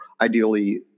Ideally